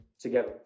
together